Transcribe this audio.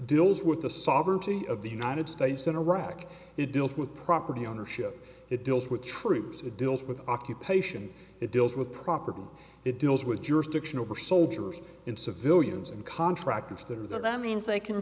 deals with the sovereignty of the united states in iraq it deals with property ownership it deals with troops it deals with occupation it deals with property it deals with jurisdiction over soldiers in civilians and contractors to do that that means they can